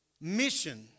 mission